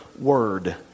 word